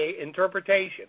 interpretation